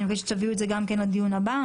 אני רוצה שתביאו את זה לדיון הבא.